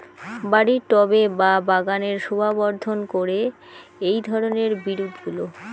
বাড়ির টবে বা বাগানের শোভাবর্ধন করে এই ধরণের বিরুৎগুলো